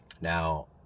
Now